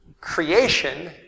creation